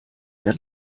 der